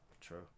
True